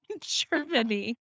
Germany